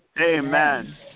Amen